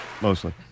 Mostly